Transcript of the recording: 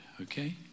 okay